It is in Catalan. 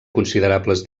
considerables